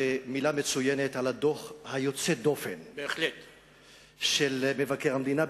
ומלה מצוינת על הדוח היוצא דופן של מבקר המדינה,